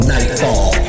Nightfall